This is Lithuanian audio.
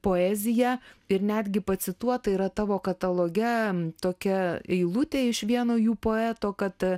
poezija ir netgi pacituota yra tavo kataloge tokia eilutė iš vieno jų poeto kad